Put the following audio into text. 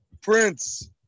Prince